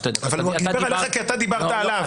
הוא דיבר עליך כי אתה דיברת עליו.